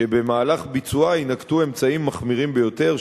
שבמהלך ביצועה יינקטו אמצעים מחמירים ביותר,